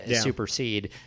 supersede